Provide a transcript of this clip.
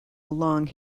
long